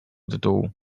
tytułu